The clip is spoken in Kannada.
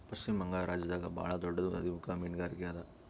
ಪಶ್ಚಿಮ ಬಂಗಾಳ್ ರಾಜ್ಯದಾಗ್ ಭಾಳ್ ದೊಡ್ಡದ್ ನದಿಮುಖ ಮೀನ್ಗಾರಿಕೆ ಅದಾ